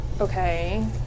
Okay